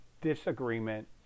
disagreement